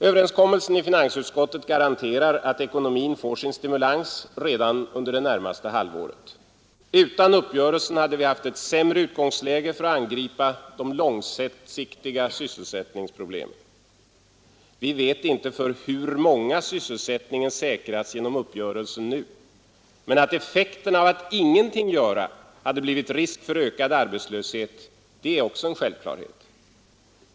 Överenskommelsen i finansutskottet garanterar att ekonomin får sin stimulans redan under det närmaste halvåret. Utan uppgörelsen hade vi haft ett sämre utgångsläge för att angripa de långsiktiga sysselsättningsproblemen. Vi vet inte för hur många sysselsättningen säkras genom uppgörelsen, men att effekterna av att ingenting göra hade blivit risk för ökad arbetslöshet — det är också en självklarhet.